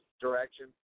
direction